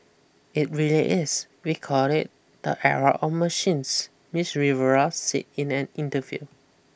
it really is we call it the era of machines Miss Rivera said in an interview